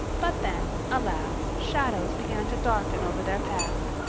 but then, alas, shadows began to darken over their path.